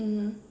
mmhmm